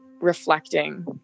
reflecting